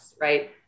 right